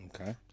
Okay